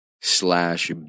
slash